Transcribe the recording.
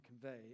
convey